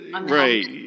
Right